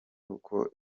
uko